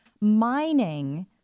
mining